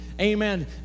amen